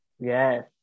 Yes